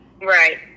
Right